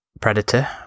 predator